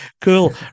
cool